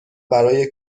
برای